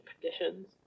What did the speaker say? conditions